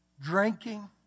drinking